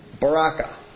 Baraka